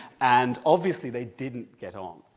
and obviously they didn't get on,